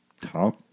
top